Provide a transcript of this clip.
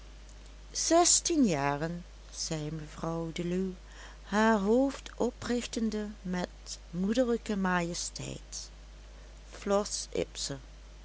zestien jaren zei mevrouw deluw haar hoofd oprichtende met moederlijke majesteit flos